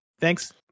Thanks